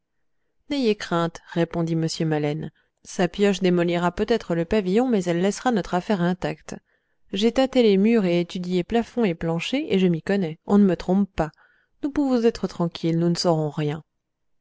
n'ayez crainte répondit m maleine sa pioche démolira peut-être le pavillon mais elle laissera notre affaire intacte j'ai tâté les murs et étudié plafond et plancher et je m'y connais on ne me trompe pas nous pouvons être tranquilles nous ne saurons rien